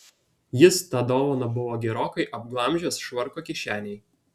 jis tą dovaną buvo gerokai apglamžęs švarko kišenėj